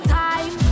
time